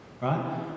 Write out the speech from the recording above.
right